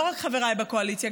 לא רק לחבריי בקואליציה,